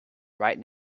right